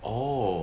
oh